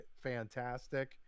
fantastic